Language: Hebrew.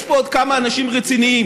יש פה עוד כמה אנשים רציניים.